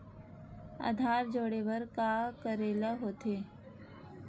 आधार जोड़े बर का करे ला होथे?